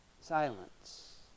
silence